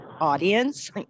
audience